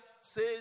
says